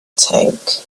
tank